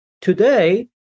Today